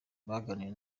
baganiriye